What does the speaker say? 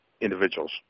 individuals